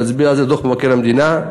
ומצביע על זה דוח מבקר המדינה.